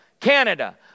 canada